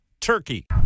Turkey